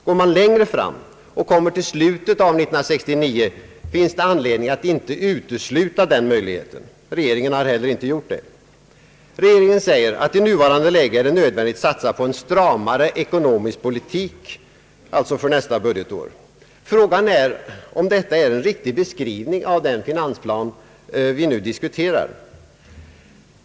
Går man längre fram och kommer till slutet av år 1969, finns det anledning att inte utesluta den möjligheten. Regeringen har heller inte gjort det. Regeringen säger att det i nuvarande läge är nödvändigt att satsa på en stramare ekonomisk politik för nästa budgetår. Frågan är om detta är en riktig beskrivning av den finansplan som vi nu diskuterar.